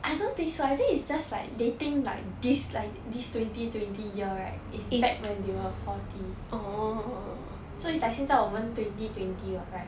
I don't think so I think it's just like they think like this like this twenty twenty year right is back when they were forty so it's like 现在我们 twenty twenty [what] right